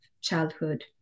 childhood